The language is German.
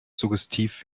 suggestiv